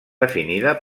definida